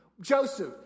Joseph